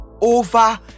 over